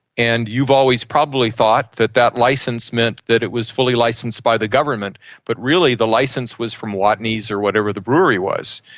and you've always probably thought that that licence meant that it was fully licensed by the government, but really the licence was from watney's or whatever the brewery was,